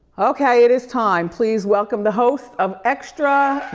okay, it is time, please welcome the host of extra,